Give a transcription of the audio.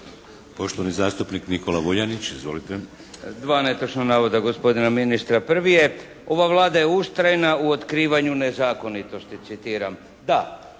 Poštovani zastupnik Nikola Vuljanić. Izvolite. **Vuljanić, Nikola (HNS)** Dva netočna navoda gospodina ministra. Prvi je, ova Vlada je ustrajna u otkrivanju nezakonitosti, citiram. Da.